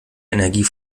energie